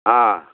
ಹಾಂ